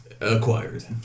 acquired